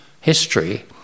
history